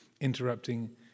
interrupting